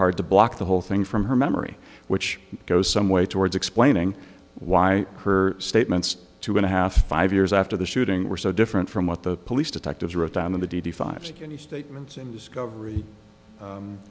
hard to block the whole thing from her memory which goes some way towards explaining why her statements two and a half five years after the shooting were so different from what the police detectives wrote down the d d five statements in discovery